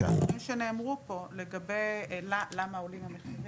שנאמרו פה לגבי למה עולים המחירים,